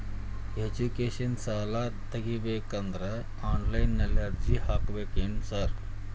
Education ಸಾಲ ತಗಬೇಕಂದ್ರೆ online ನಲ್ಲಿ ಅರ್ಜಿ ಹಾಕ್ಬೇಕೇನ್ರಿ ಸಾರ್?